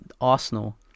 Arsenal